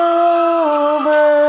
over